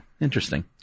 interesting